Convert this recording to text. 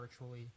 virtually